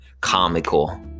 comical